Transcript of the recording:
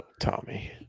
Tommy